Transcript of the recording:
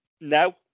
No